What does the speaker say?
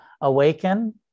awaken